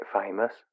famous